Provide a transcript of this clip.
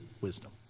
wisdom